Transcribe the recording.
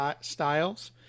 styles